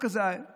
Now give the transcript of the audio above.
החוק הזה במקורו,